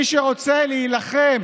מי שרוצה להילחם